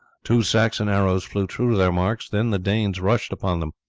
two saxon arrows flew true to their marks, then the danes rushed upon them.